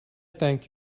thank